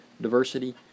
diversity